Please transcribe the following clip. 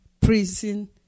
Prison